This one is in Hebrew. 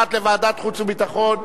והאחת לוועדת החוץ והביטחון,